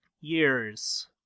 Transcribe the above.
years